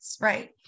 right